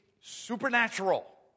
supernatural